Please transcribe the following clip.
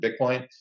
Bitcoin